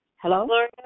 Hello